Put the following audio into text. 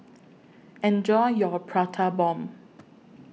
Enjoy your Prata Bomb